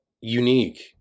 unique